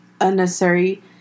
unnecessary